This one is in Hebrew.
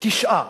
תשעה